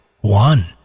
one